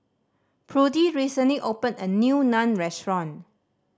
Prudie recently opened a new Naan Restaurant